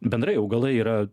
bendrai augalai yra